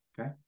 Okay